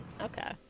Okay